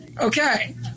okay